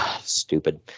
Stupid